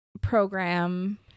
program